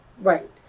Right